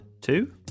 two